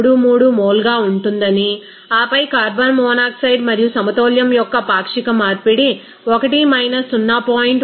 33 మోల్గా ఉంటుందని ఆపై కార్బన్ మోనాక్సైడ్ మరియు సమతౌల్యం యొక్క పాక్షిక మార్పిడి 1 0